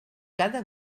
cada